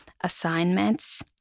assignments